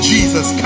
Jesus